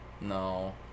no